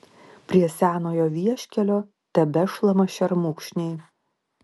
prie senojo vieškelio tebešlama šermukšniai